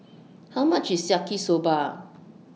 How much IS Yaki Soba